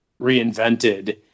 reinvented